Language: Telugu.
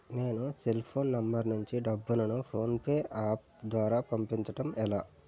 నేను సెల్ ఫోన్ నంబర్ నుంచి డబ్బును ను ఫోన్పే అప్ ద్వారా పంపించడం ఎలా?